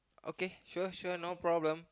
okay sure sure no problem